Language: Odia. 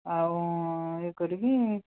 ଆଉ ଇଏ କରିକି